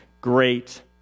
great